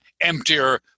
emptier